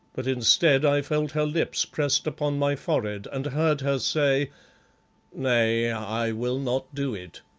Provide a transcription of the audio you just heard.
but instead i felt her lips pressed upon my forehead, and heard her say nay, i will not do it.